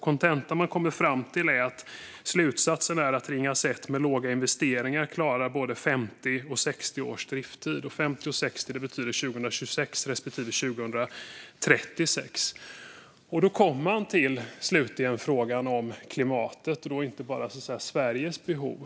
Kontentan de kommer fram till är att Ringhals 1 med små investeringar klarar både 50 och 60 års driftstid, vilket skulle betyda 2026 respektive 2036. Då kommer man till slut till frågan om klimatet, och då gäller det inte bara Sveriges behov.